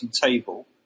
table